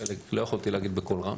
חלק לא יכולתי להגיד בקול רם,